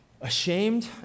ashamed